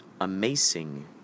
amazing